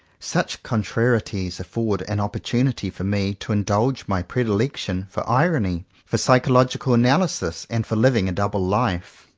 such contrarieties afford an oppor tunity for me to indulge my predilection for irony, for psychological analysis, and for living a double life.